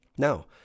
Now